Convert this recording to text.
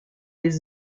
les